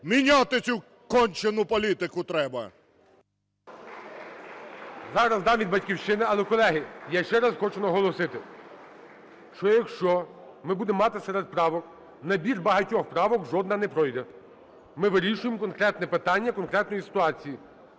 Міняти цю кончену політику треба! ГОЛОВУЮЧИЙ. Зараз дам від "Батьківщини". Але, колеги, я ще раз хочу наголосити, що якщо ми будемо мати серед правок набір багатьох правок, жодна не пройде. Ми вирішуємо конкретне питання, конкретної ситуації.